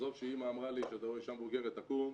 עזוב שאמא אמרה לי 'אתה רואה אישה מבוגרת, תקום',